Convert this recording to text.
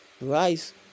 rise